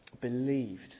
believed